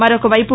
మరొకవైపు